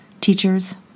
teachers